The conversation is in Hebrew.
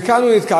וכאן הוא נתקע.